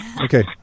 Okay